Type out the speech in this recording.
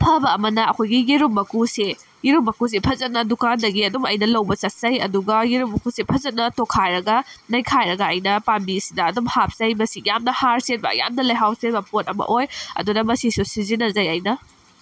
ꯐꯕ ꯑꯃꯅ ꯑꯩꯈꯣꯏꯒꯤ ꯌꯦꯔꯨꯝ ꯃꯀꯨꯁꯦ ꯌꯦꯔꯨꯝ ꯃꯀꯨꯁꯦ ꯐꯖꯅ ꯗꯨꯀꯥꯟꯗꯒꯤ ꯑꯗꯨꯝ ꯑꯩꯅ ꯂꯧꯕ ꯆꯠꯆꯩ ꯑꯗꯨꯒ ꯌꯦꯔꯨꯝ ꯃꯀꯨꯁꯦ ꯐꯖꯅ ꯇꯣꯠꯈꯥꯏꯔꯒ ꯅꯩꯈꯥꯏꯔꯒ ꯑꯩꯅ ꯄꯥꯝꯕꯤꯁꯤꯗ ꯑꯗꯨꯝ ꯍꯥꯞꯆꯩ ꯃꯁꯤ ꯌꯥꯝꯅ ꯍꯥꯔ ꯆꯦꯟꯕ ꯌꯥꯝꯅ ꯂꯩꯍꯥꯎ ꯆꯦꯟꯕ ꯄꯣꯠ ꯑꯃ ꯑꯣꯏ ꯑꯗꯨꯅ ꯃꯁꯤꯁꯨ ꯁꯤꯖꯤꯟꯅꯖꯩ ꯑꯩꯅ